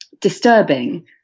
disturbing